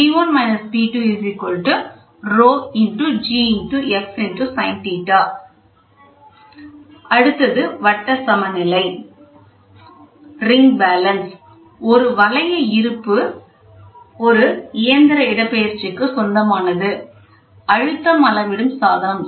அடுத்தது வட்ட சமநிலை ஒரு வளைய இருப்பு ஒரு இயந்திர இடப்பெயர்ச்சிக்கு சொந்தமானது அழுத்தம் அளவிடும் சாதனம்